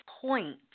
point